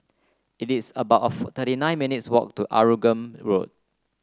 it is about thirty nine minutes' walk to Arumugam Road